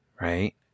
right